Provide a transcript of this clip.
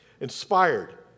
Inspired